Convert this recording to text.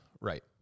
right